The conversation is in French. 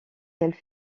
quelles